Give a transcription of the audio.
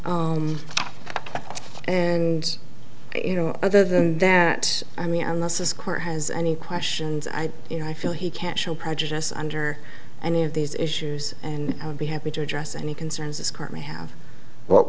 exists and you know other than that i mean unless a square has any questions i you know i feel he can show prejudice under any of these issues and i would be happy to address any concerns it's currently have w